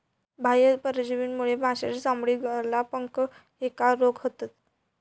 बाह्य परजीवीमुळे माशांची चामडी, गरला, पंख ह्येका रोग होतत